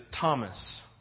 thomas